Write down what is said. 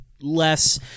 less